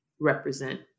represent